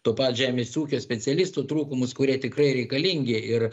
to pat žemės ūkio specialistų trūkumus kurie tikrai reikalingi ir